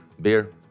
Beer